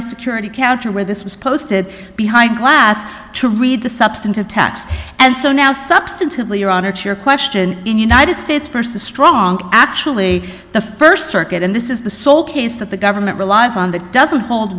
the security counter where this was posted behind glass to read the substantive text and so now substantively your honor to your question in united states versus strong actually the st circuit and this is the sole case that the government relies on that doesn't hold